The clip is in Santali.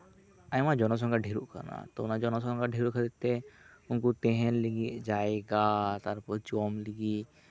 ᱟᱭᱢᱟ ᱡᱚᱱᱚ ᱥᱚᱝᱠᱷᱟ ᱰᱷᱮᱨᱚᱜ ᱠᱟᱱᱟ ᱛᱚ ᱚᱱᱟ ᱡᱚᱱᱚ ᱥᱚᱝᱠᱷᱟ ᱰᱷᱮᱨᱚᱜ ᱠᱷᱟᱹᱛᱤᱨ ᱛᱮ ᱩᱱᱠᱩ ᱛᱮᱦᱮᱱ ᱞᱟᱹᱜᱤᱫ ᱡᱟᱭᱜᱟ ᱛᱟᱨᱯᱚᱨᱮ ᱡᱚᱢ ᱞᱟᱹᱜᱤᱫ